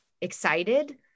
excited